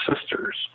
sisters